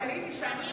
אני הייתי שם.